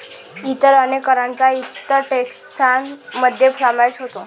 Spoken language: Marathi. इतर अनेक करांचा इतर टेक्सान मध्ये समावेश होतो